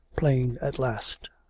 plain at last.